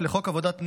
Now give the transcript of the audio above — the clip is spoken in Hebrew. לחוק עבודת נוער,